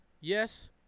Yes